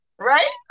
Right